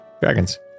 Dragons